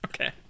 Okay